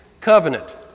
Covenant